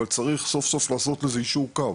אבל צריך סוף סוף לעשות לזה יישור קו.